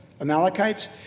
Amalekites